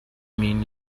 mean